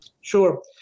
Sure